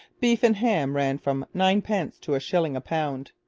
beef and ham ran from ninepence to a shilling a pound.